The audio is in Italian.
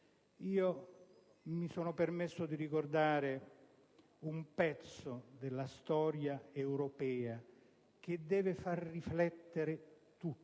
Mi sono permesso di ricordare un pezzo della storia europea, che deve far riflettere tutti,